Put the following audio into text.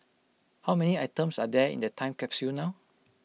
how many items are there in the time capsule now